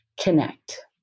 connect